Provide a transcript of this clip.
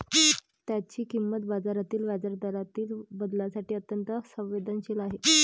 त्याची किंमत बाजारातील व्याजदरातील बदलांसाठी अत्यंत संवेदनशील आहे